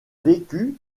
vécu